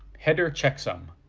header checksum.